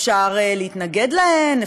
אפשר להתנגד להן,